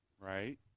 right